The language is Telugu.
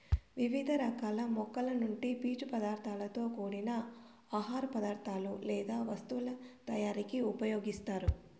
వివిధ రకాల మొక్కల నుండి పీచు పదార్థాలతో కూడిన ఆహార పదార్థాలు లేదా వస్తువుల తయారీకు ఉపయోగిస్తారు